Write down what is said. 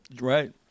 Right